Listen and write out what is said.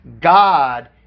God